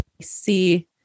see